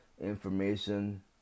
information